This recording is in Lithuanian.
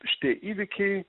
šįitie įvykiai